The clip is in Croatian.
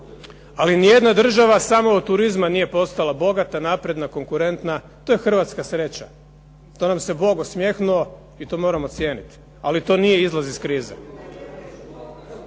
Ali ni jedna država samo od turizma nije postala bogata, konkurentna to je Hrvatska sreća, to nam se Bog osmjehnuo i to moramo cijeniti, ali to nije izlazak iz krize.